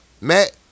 Matt